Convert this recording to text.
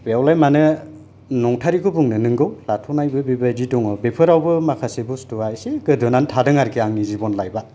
बेयावलाय मानो नंथारैखौ बुंनो नोंगौ लाथ'नायबो बेबायदि दङ बेफोरावबो माखासे बुस्तुआ एसे गोदोनानै थादों आरोखि आंनि जिबन लाइफ आ